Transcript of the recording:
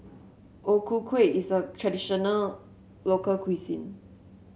O Ku Kueh is a traditional local cuisine